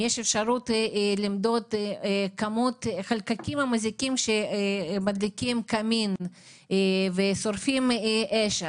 אם יש אפשרות למדוד כמות חלקיקים מזיקים כשמדליקים קמין ושורפים אש,